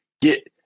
get